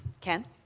ken